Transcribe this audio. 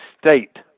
state